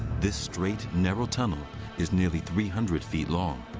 this straight, narrow tunnel is nearly three hundred feet long.